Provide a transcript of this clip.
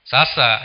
Sasa